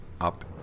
up